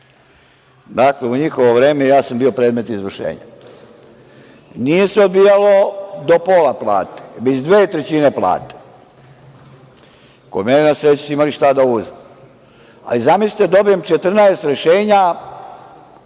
u njihovo vreme ja sam bio predmet izvršenja. Nije se odbijalo do pola plate, već dve trećine plate. Kod mene na sreću su imali šta da uzmu. Zamislite, dobijem 14 rešenja